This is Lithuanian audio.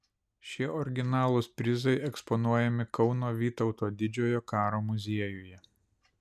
šie originalūs prizai eksponuojami kauno vytauto didžiojo karo muziejuje